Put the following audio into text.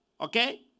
okay